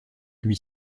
lui